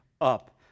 up